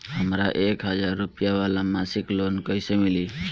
हमरा एक हज़ार रुपया वाला मासिक लोन कईसे मिली?